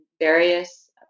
various